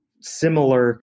similar